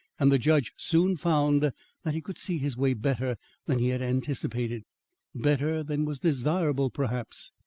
and the judge soon found that he could see his way better than he had anticipated better than was desirable, perhaps.